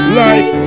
life